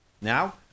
Now